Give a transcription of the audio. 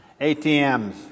ATMs